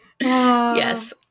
yes